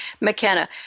McKenna